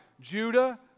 Judah